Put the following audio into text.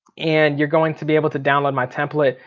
and you're going to be able to download my template.